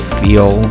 feel